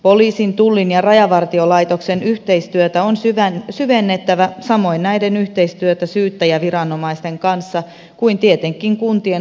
poliisin tullin ja rajavartiolaitoksen yhteistyötä on syvennettävä samoin näiden yhteistyötä syyttäjäviranomaisten kanssa ja tietenkin kuntien sosiaalipäivystyksen kanssa